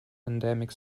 endemic